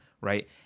Right